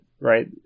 right